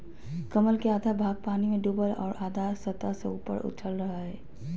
कमल के आधा भाग पानी में डूबल और आधा सतह से ऊपर उठल रहइ हइ